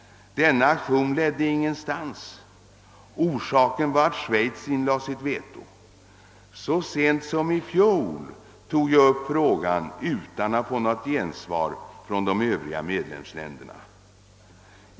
Denna aktion ledde ingenstans; orsaken var att Schweiz inlade sitt veto. Så sent som i fjol tog jag upp frågan utan att få något gensvar från de övriga medlemsländerna.